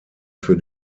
für